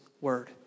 Word